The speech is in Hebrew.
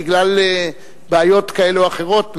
בגלל בעיות כאלה או אחרות,